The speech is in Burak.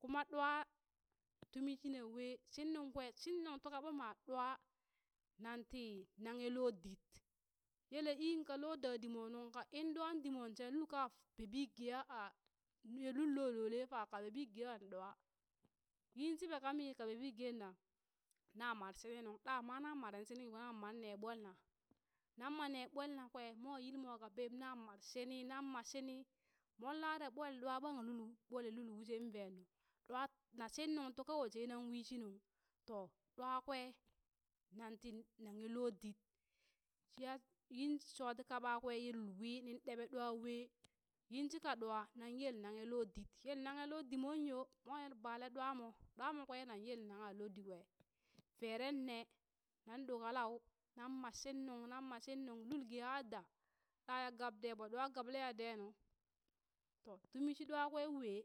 Kuma ɗwa tumi shina wee shin nuŋ kwe shin nuŋ tuka ma ɗwa nan ti naghe loo dit, yele ii ka loo da dit mo, in ɗwa dimon shee lul ka bebi geha aa lul lo lole fa ka bebi geha ɗwa, yin shiɓe ka mi ka bebi geen na, na mar shini nuŋ ɗa ma na mareŋ shini nuŋ ɓo na mar ne ɓolna na, na ma ne ɓol nakwe mwa yilmua ka pep na mar shini nan ma shini, mon lara ɓol ɗwa ɓang lul ɓolle lul wusheŋ vee nu, ɗwa na shin nuŋ tuka yo sai wii shi nuŋ to ɗwa kwe nan ti naghe lo did shiya yin shi shotika ɓakwee ye lul wii nin ɗeɓe wee, yin shika ɗwa naŋ yel naghe loo did, yel naghe lo di mon yo mwa er bale ɗwa mo, ɗwa mo kwee nan yel nagha lo di kwe, veren ne nan ɗo kalau nan ma shin nuŋ nan ma shin nuŋ, lul ge aa da, ɗa ya gab de ɓo ɗwa gableya dee nu, to tumi shi ɗwa kwe wee,